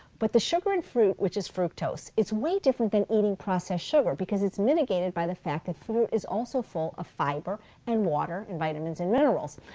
but the sugar and fruit, which is fructose, is way different than eating processed sugar because it's mitigated by the fact that fruit is also full of fiber and water and vitamins and minerals.